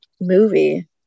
movie